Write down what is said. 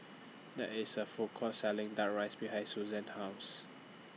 There IS A Food Court Selling Duck Rice behind Suzann's House